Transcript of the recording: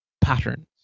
patterns